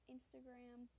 Instagram